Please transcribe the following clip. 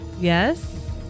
Yes